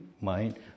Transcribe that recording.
mind